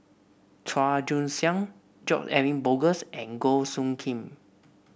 Chua Joon Siang George Edwin Bogaars and Goh Soo Khim